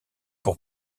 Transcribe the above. pour